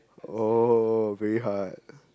oh very hard